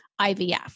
IVF